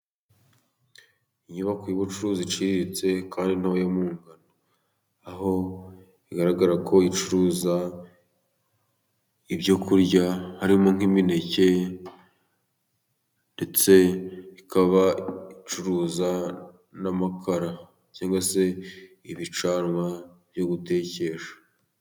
Inyubako y'ubucuruzi iciriritse kandi ntoya mu ngano, aho igaragara ko icuruza ibyo kurya harimo nk'imineke ndetse ikaba icuruza n'amakara cyangwa se ibicanwa byo gutekesha.